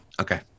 Okay